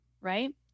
right